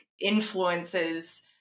influences